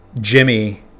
jimmy